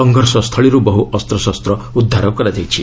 ସଂଘର୍ଷ ସ୍ଥଳୀରୁ ବହୁ ଅସ୍ତଶସ୍ତ ଉଦ୍ଧାର କରାଯାଇଛି